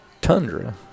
tundra